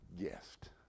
guest